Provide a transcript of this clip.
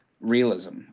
realism